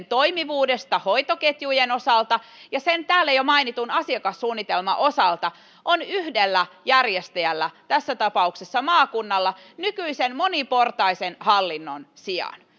toimivuudesta hoitoketjujen osalta ja sen täällä jo mainitun asiakassuunnitelman osalta on yhdellä järjestäjällä tässä tapauksessa maakunnalla nykyisen moniportaisen hallinnon sijaan